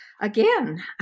again